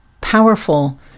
powerful